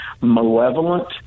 malevolent